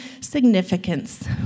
significance